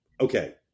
okay